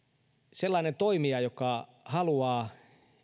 sellainen toimija joka haluaa